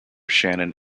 shannon